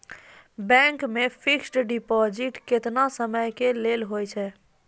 Bank मे fixed deposit केतना समय के लेली होय छै?